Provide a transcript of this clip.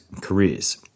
careers